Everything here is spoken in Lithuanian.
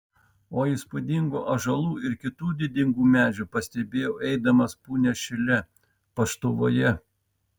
o įspūdingų ąžuolų ir kitų didingų medžių pastebėjau eidamas punios šile paštuvoje